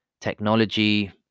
Technology